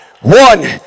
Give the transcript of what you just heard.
one